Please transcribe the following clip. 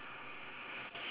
nine ten